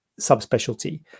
subspecialty